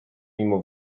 mimo